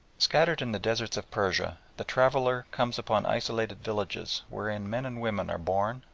scattered in the deserts of persia, the traveller comes upon isolated villages wherein men and women are born,